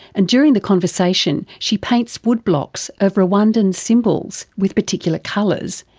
and during the conversation she paints woodblocks of rwandan symbols with particular colours,